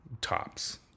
tops